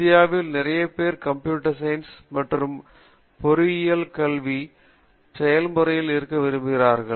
இந்தியாவில் நிறைய பேர் கம்ப்யூட்டர் சயின்ஸ் மற்றும் பொறியியல் கல்வி செயல்முறையில் இருக்க விரும்புகிறார்கள்